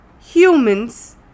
humans